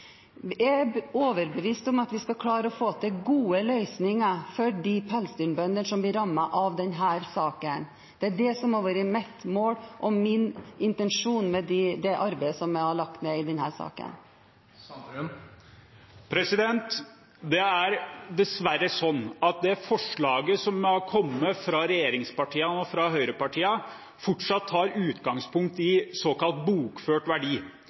vedtaket. Jeg er overbevist om at vi skal klare å få til gode løsninger for de pelsdyrbønder som blir rammet av denne saken. Det er det som har vært mitt mål og min intensjon med det arbeidet som jeg har lagt ned i denne saken. Det er dessverre sånn at det forslaget som har kommet fra regjeringspartiene og fra høyrepartiene, fortsatt tar utgangspunkt i såkalt bokført verdi.